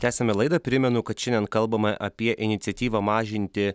tęsiame laidą primenu kad šiandien kalbama apie iniciatyvą mažinti